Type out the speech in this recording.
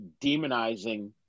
demonizing